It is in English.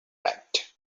act